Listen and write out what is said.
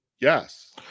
yes